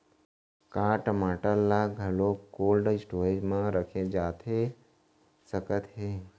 का टमाटर ला घलव कोल्ड स्टोरेज मा रखे जाथे सकत हे?